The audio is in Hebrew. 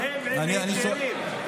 הם עם היתרים.